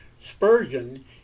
Spurgeon